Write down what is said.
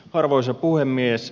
arvoisa puhemies